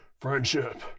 friendship